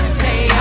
say